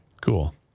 Cool